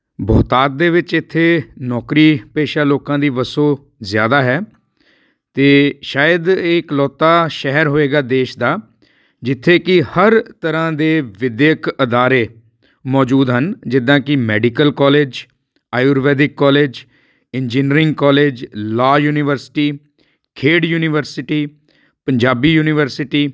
ਬਹੁਤਾਤ ਦੇ ਵਿੱਚ ਇੱਥੇ ਨੌਕਰੀ ਪੇਸ਼ਾ ਲੋਕਾਂ ਦੀ ਵਸੋਂ ਜ਼ਿਆਦਾ ਹੈ ਅਤੇ ਸ਼ਾਇਦ ਇਹ ਇਕਲੌਤਾ ਸ਼ਹਿਰ ਹੋਵੇਗਾ ਦੇਸ਼ ਦਾ ਜਿੱਥੇ ਕਿ ਹਰ ਤਰ੍ਹਾਂ ਦੇ ਵਿੱਦਿਅਕ ਅਦਾਰੇ ਮੌਜੂਦ ਹਨ ਜਿੱਦਾਂ ਕਿ medical college Ayurvedic college engineering college law university ਖੇਡ ਯੂਨੀਵਰਸਿਟੀ ਪੰਜਾਬੀ ਯੂਨੀਵਰਸਿਟੀ